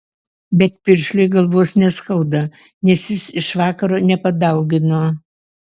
bet piršliui galvos neskauda nes jis iš vakaro nepadaugino